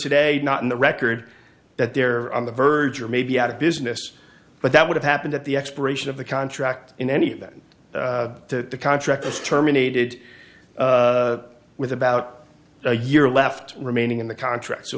today not in the record that they're on the verge or maybe out of business but that would have happened at the expiration of the contract in any event the contract was terminated with about a year left remaining in the contract so